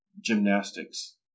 gymnastics